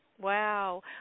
Wow